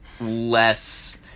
less